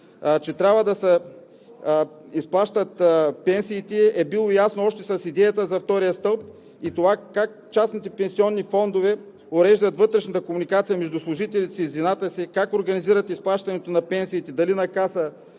че трябва да се изплащат пенсиите, е било ясно още с идеята за втория стълб. Това как частните пенсионни фондове уреждат вътрешната комуникация между служителите си и звената си, как организират изплащането на пенсиите – дали на каса,